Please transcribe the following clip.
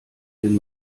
den